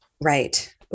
right